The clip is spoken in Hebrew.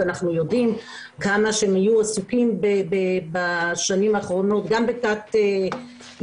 ואנחנו יודעים כמה שהם היו עסוקים בשנים האחרונות גם בתת-איוש,